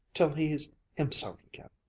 till he's himself again.